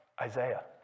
Isaiah